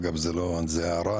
אגב זו הערה,